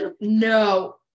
no